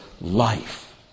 life